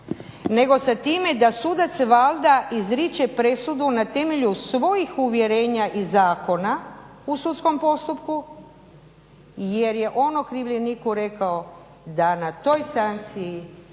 nego sa time da sudac valjda izriče presudu na temelju svojih uvjerenja i zakona u sudskom postupku jer je on okrivljeniku rekao da na toj seanciji